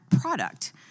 product